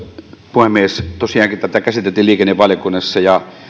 puhemies tosiaankin tätä käsiteltiin liikennevaliokunnassa ja